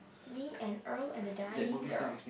me and earl and the dying girl